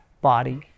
body